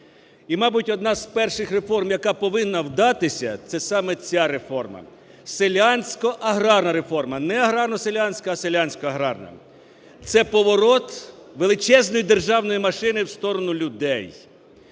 І мабуть одна з перших реформ, яка повинна вдатися, це саме ця реформа – селянсько-аграрна реформа. Не аграрно-селянська, а селянсько-аграрна. Це поворот величезний державної машини в сторону людей.